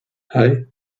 hei